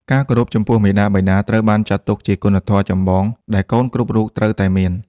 ការគោរពចំពោះមាតាបិតាត្រូវបានចាត់ទុកជាគុណធម៌ចម្បងដែលកូនគ្រប់រូបត្រូវតែមាន។